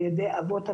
על ידי אבות אבותיך.